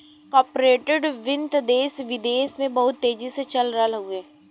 corporate वित्त देस विदेस में बहुत तेजी से चल रहल हउवे